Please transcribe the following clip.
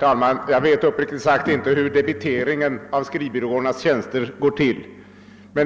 Herr talman! Jag vet uppriktigt sagt inte hur debiteringen av skrivbyråernas tjänster går till.